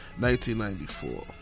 1994